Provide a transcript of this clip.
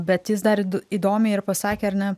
bet jis dar du įdomiai ir pasakė ar ne